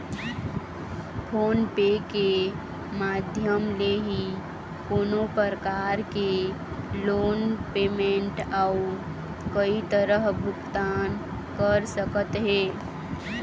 phone पे के माधियम ले ही कोनो परकार के लोन पेमेंट अउ कई तरह भुगतान कर सकत हे